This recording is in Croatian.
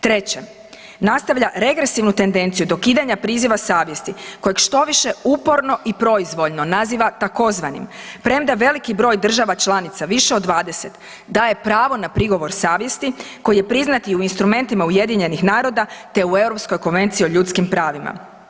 Treće, nastavlja regresivnu tendenciju dokidanja priziva saziva kojega štoviše uporno i proizvoljno naziva takozvanim, premda veliki broj država članica, više od 20, daje pravo na prigovor savjesti koji je priznat i u instrumentima UN-a, te u Europskoj konvenciji o ljudskim pravima.